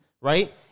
right